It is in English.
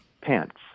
pants